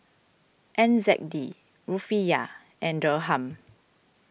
N Z D Rufiyaa and Dirham